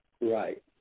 Right